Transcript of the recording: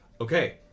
Okay